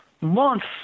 months